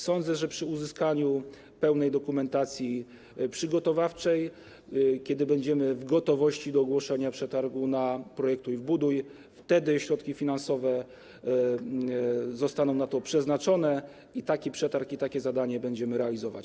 Sądzę, że po uzyskaniu pełnej dokumentacji przygotowawczej, kiedy będziemy w gotowości do ogłoszenia przetargu na „Projektuj i buduj”, środki finansowe zostaną na to przeznaczone i taki przetarg, takie zadanie będziemy realizować.